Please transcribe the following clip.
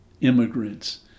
immigrants